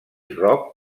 rock